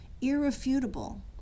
irrefutable